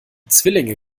zwillinge